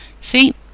See